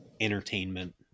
entertainment